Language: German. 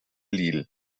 lille